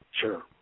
Sure